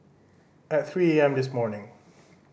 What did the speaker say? at three A M this morning